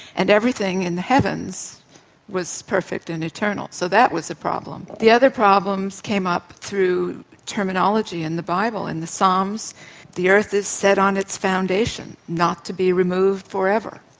and everything in the heavens was perfect and eternal. so that was a problem. the other problems came up through terminology in the bible, in the psalms the earth is set on its foundations, not to be removed forever.